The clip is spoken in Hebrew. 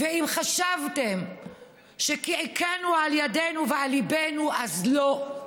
ואם חשבתם שקעקענו על ידינו ועל ליבנו, אז לא.